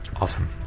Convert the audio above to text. Awesome